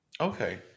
Okay